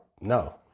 No